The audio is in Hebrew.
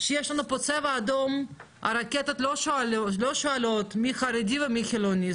כשיש לנו פה צבע אדום הרקטות לא שואלות מי חרדי ומי חילוני,